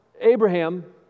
Abraham